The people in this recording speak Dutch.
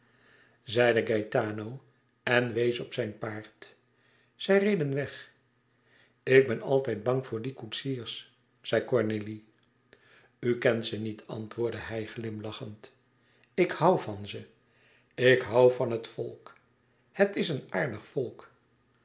zeide gaëtano en wees op zijn paard zij reden weg ik ben altijd bang voor die koetsiers zei cornélie u kent ze niet antwoordde hij glimlachend ik hoû van ze ik hoû van het volk het is een aardig volk